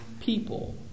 people